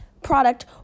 product